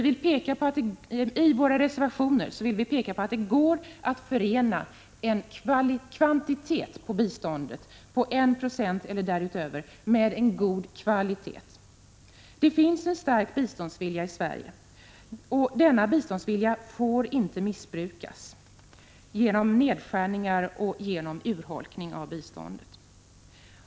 I våra reservationer påpekar vi att det går att förena en kvantitet på biståndet på 1 260 eller därutöver med en god kvalitet. Det finns en stark biståndsvilja i Sverige, och den får inte missbrukas genom nedskärningar och urholkningar av biståndet.